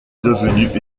devenue